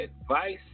advice